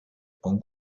con